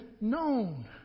known